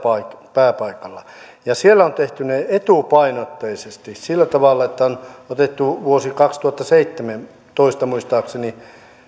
pääpaikalla siellä on tehty ne etupainotteisesti sillä tavalla että on otettu vuosi kaksituhattaseitsemäntoista muistaakseni